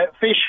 fish